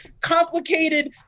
complicated